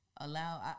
allow